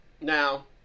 Now